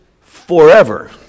forever